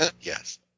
Yes